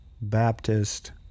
Baptist